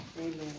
Amen